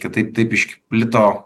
kitaip taip išplito